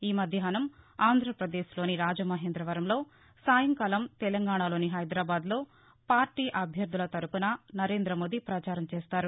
ఈ మధ్యాహ్నం ఆంధ్రప్రదేశ్లోని రాజమహేంద్రవరంలో సాయంకాలం తెలంగాణలోని హైదరాబాద్లో పార్టీ అభ్యర్దుల తరపున నరేందమోదీ ప్రచారం చేస్తారు